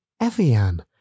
Evian